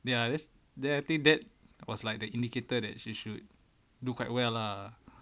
ya that's the thing that was like the indicator that she should do quite well lah